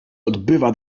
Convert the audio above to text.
odbywa